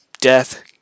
Death